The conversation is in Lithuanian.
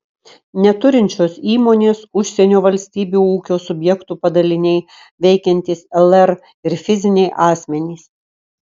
neturinčios įmonės užsienio valstybių ūkio subjektų padaliniai veikiantys lr ir fiziniai asmenys